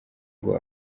ngo